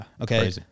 Okay